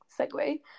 segue